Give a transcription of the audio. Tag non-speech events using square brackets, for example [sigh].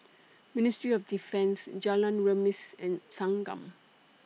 [noise] Ministry of Defence Jalan Remis and Thanggam